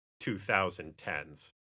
2010s